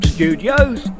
Studios